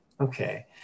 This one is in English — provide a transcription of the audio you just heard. okay